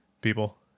people